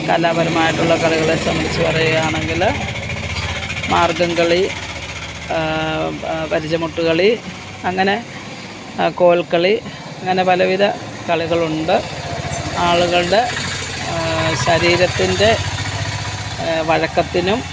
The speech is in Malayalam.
കലാപരമായിട്ടുള്ള കളികളെ സംബന്ധിച്ച് പറയാണെങ്കിൽ മാർഗ്ഗം കളി പരിചമുട്ട് കളി അങ്ങനെ കോൽക്കളി അങ്ങനെ പലവിധ കളികളുണ്ട് ആളുകളുടെ ശരീരത്തിൻ്റെ വഴക്കത്തിനും